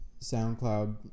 SoundCloud